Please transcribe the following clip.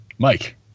Mike